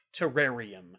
terrarium